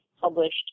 published